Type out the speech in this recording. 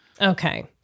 Okay